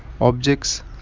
Objects